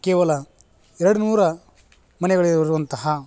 ಕೇವಲ ಎರಡು ನೂರು ಮನೆಗಳಿರು ಇರುವಂತಹ